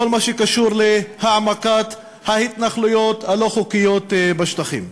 כל מה שקשור להעמקת ההתנחלויות הלא-חוקיות בשטחים.